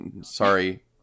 Sorry